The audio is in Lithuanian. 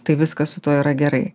tai viskas su tuo yra gerai